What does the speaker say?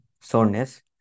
soreness